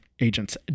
Agents